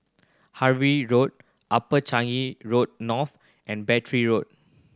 Harvey Road Upper Changi Road North and Battery Road